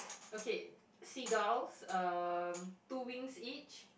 okay seagulls um two wings each